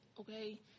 Okay